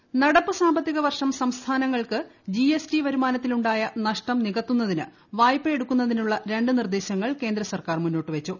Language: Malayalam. ജി എസ് ടി നടപ്പു സാമ്പത്തിക വർഷം സംസ്ഥാനങ്ങൾക്ക് ജി എസ് ടി വരുമാനത്തിലുണ്ടായ നഷ്ടം നികത്തുന്നതിന് വായ്പയെടുക്കുന്നതിനുള്ള രണ്ട് നിർദ്ദേശങ്ങൾ കേന്ദ്ര സർക്കാർ മുന്നോട്ട് വച്ചു